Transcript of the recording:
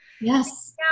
Yes